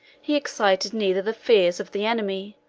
he excited neither the fears of the enemy,